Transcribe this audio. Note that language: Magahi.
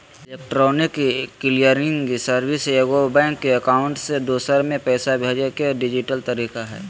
इलेक्ट्रॉनिक क्लियरिंग सर्विस एगो बैंक अकाउंट से दूसर में पैसा भेजय के डिजिटल तरीका हइ